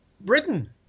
britain